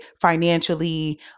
financially